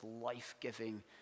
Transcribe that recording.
life-giving